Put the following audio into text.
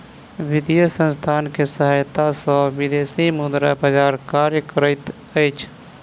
वित्तीय संसथान के सहायता सॅ विदेशी मुद्रा बजार कार्य करैत अछि